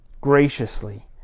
graciously